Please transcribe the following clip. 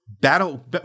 Battle